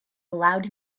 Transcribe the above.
allowed